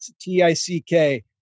T-I-C-K